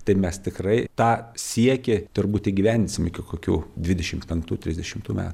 tai mes tikrai tą siekį turbūt įgyvendinsim iki kokių dvidešim penktų trisdešimtų metų